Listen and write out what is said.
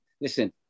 Listen